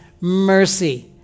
mercy